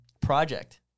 project